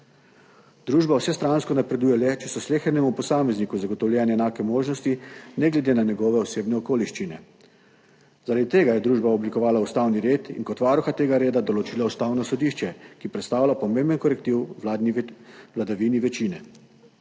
Družba vsestransko napreduje le, če so slehernemu posamezniku zagotovljene enake možnosti, ne glede na njegove osebne okoliščine. Zaradi tega je družba oblikovala ustavni red in kot varuha tega reda določilo ustavno sodišče, ki predstavlja pomemben korektiv v vladavini večine.